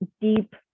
deep